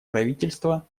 правительства